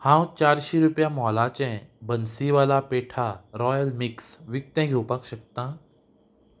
हांव चारशीं रुपया मॉलाचें बन्सीवाला पेठा रॉयल मिक्स विकतें घेवपाक शकता